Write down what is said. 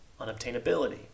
unobtainability